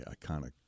iconic